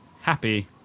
happy